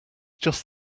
just